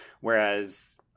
Whereas